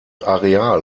areal